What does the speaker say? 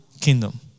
kingdom